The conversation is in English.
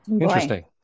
interesting